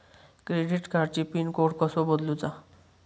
Credit कार्डची pin code कसो बदलुचा?